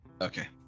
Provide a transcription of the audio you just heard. Okay